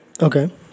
okay